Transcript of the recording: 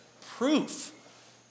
proof